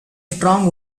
strong